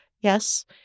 Yes